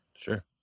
Sure